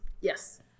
Yes